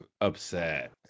upset